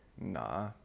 Nah